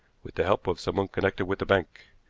with the help of someone connected with the bank.